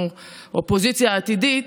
או האופוזיציה העתידית,